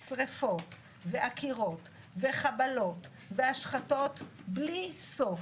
שרפות ועקירות וחבלות והשחתות בלי סוף.